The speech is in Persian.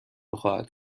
خواهد